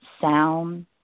sound